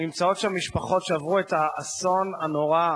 נמצאות שם משפחות שעברו את האסון הנורא,